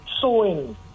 sewing